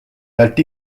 ajalt